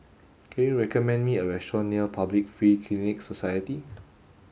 can you recommend me a restaurant near Public Free Clinic Society